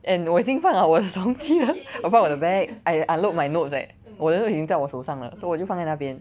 and 我已经放好我的东西 liao 我放我的 bag I unload my notes leh 我的 notes 已经在我手上了 so 我就放在那边